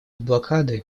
блокады